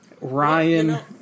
Ryan